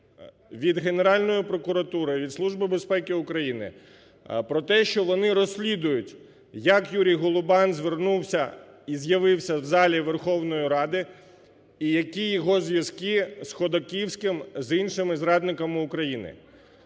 від Генеральної прокуратури, від Служби безпеки України про те, що вони розслідують, як Юрій Голубан звернувся і з'явився в залі Верховної Ради і які його зв'язки з Ходаківським, з іншими зрадниками України.